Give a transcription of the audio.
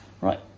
Right